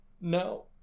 No